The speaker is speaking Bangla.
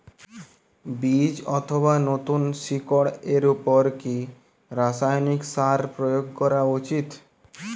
বীজ অথবা নতুন শিকড় এর উপর কি রাসায়ানিক সার প্রয়োগ করা উচিৎ?